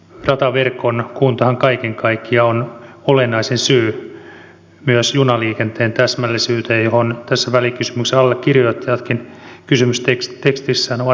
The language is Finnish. rataverkon kuntohan kaiken kaikkiaan on olennaisin syy myös junaliikenteen täsmällisyyteen johon välikysymyksen allekirjoittajatkin kysymystekstissään ovat viitanneet